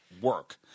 work